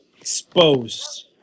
Exposed